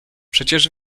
przecież